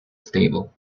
stable